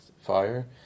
fire